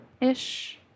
ish